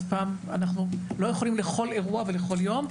אז אנחנו לא יכולים לכל אירוע ולכל יום,